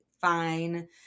fine